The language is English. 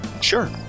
Sure